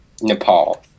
Nepal